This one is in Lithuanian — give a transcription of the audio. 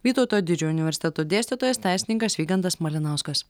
vytauto didžiojo universiteto dėstytojas teisininkas vygantas malinauskas